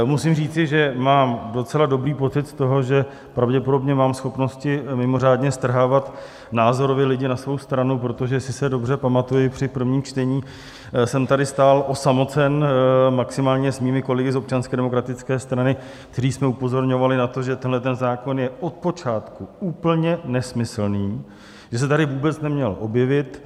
Musím říci, že mám docela dobrý pocit z toho, že pravděpodobně mám schopnosti mimořádně strhávat názorově lidi na svou stranu, protože jestli se dobře pamatuji, při prvním čtení jsem tady stál osamocen, maximálně se svými kolegy z Občanské demokratické strany, kteří jsme upozorňovali na to, že tenhle zákon je od počátku úplně nesmyslný, že se tady vůbec neměl objevit.